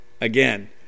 again